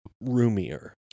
roomier